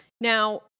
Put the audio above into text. Now